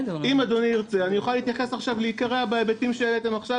אם אדוני ירצה אני אוכל להתייחס עכשיו לעיקריה בהיבטים שהעליתם עכשיו,